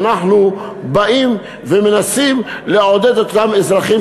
אנחנו באים ומנסים לעודד את אותם האזרחים